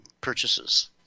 purchases